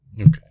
Okay